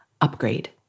upgrade